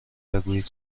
بگویید